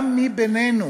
גם מי מביננו